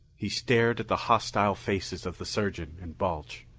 he stared at the hostile faces of the surgeon and balch.